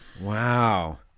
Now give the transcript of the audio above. Wow